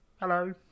hello